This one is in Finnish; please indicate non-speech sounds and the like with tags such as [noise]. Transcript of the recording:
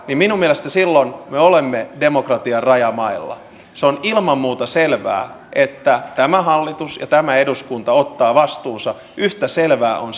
minun mielestäni me olemme demokratian rajamailla se on ilman muuta selvää että tämä hallitus ja tämä eduskunta ottavat vastuunsa yhtä selvää on [unintelligible]